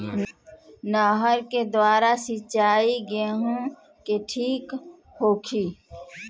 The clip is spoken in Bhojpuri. नहर के द्वारा सिंचाई गेहूँ के ठीक होखि?